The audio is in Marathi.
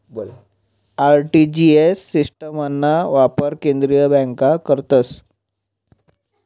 आर.टी.जी.एस सिस्टिमना वापर केंद्रीय बँका करतस